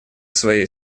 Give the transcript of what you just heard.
своей